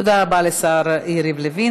תודה רבה לשר יריב לוין.